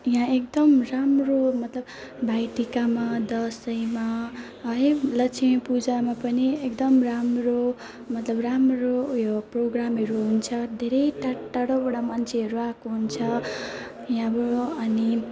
यहाँ एकदम राम्रो मतलब भाइटिकामा दसैँमा है लक्ष्मीपूजामा पनि एकदम राम्रो मतलब राम्रो उयो प्रोग्रामहरू हुन्छ धेरै टाढटाढोबाट मान्छेहरू आएको हुन्छ यहाँबाट अनि